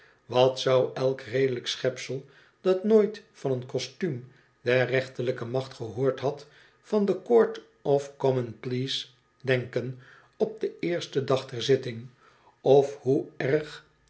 wat zou elk redelijk schepsel dat nooit vaneen kostuum der rechterlijke macht gehoord had van de court of gom on pleas denken op den eersten dag der zitting of hoe erg